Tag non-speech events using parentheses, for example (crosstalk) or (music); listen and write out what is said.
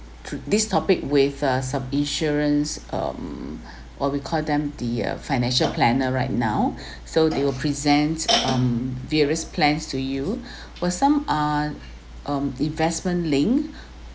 through this topic with uh some insurance um (breath) while we call them the uh financial planner right now (breath) so they will present um various plans to you (breath) but some are um investment linked